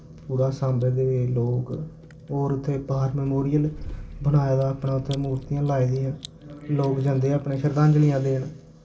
पूरे साम्बे दे लोक होर उत्थै वार मैमोरियल बनाए दा अपना उत्थै मूर्तियां लाए दियां लोक जन्दे अपने श्रद्धांजलियां देन